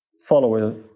followers